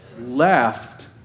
left